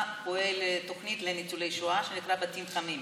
פועלת תוכנית לניצולי שואה שנקראת "בתים חמים".